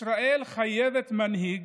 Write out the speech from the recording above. ישראל חייבת מנהיג,